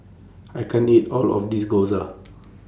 I can't eat All of This Gyoza